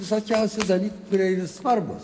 visokiausių dalykų kurie svarbūs